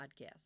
podcast